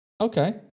Okay